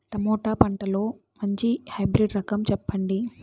Tomato పంటలో మంచి hybrid రకం చెప్పండి?